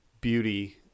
beauty